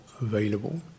available